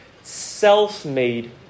self-made